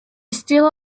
steal